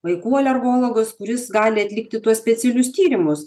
vaikų alergologas kuris gali atlikti tuos specialius tyrimus